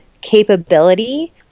capability